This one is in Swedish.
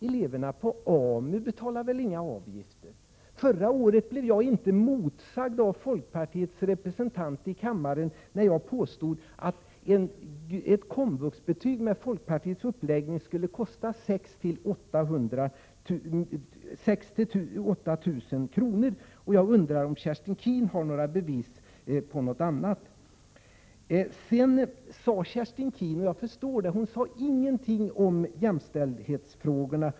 Eleverna på AMU betalar väl inga avgifter. Förra året blev jag inte motsagd av folkpartiets representant när jag här i kammaren påstod att ett komvuxbetyg med folkpartiets uppläggning skulle kosta 6 000-8 000 kr. Jag undrar om Kerstin Keen har bevis för att det skulle förhålla sig annorlunda. Jag förstår varför hon inte sade någonting om jämställdhetsfrågorna.